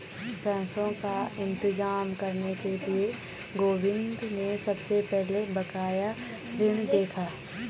पैसों का इंतजाम करने के लिए गोविंद ने सबसे पहले बकाया ऋण देखा